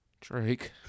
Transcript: Drake